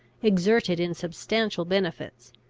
exerted in substantial benefits,